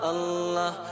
Allah